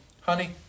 Honey